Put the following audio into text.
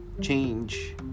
change